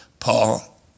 Paul